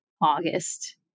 August